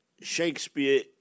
Shakespeare